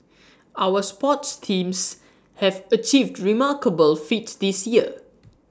our sports teams have achieved remarkable feats this year